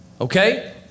Okay